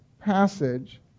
passage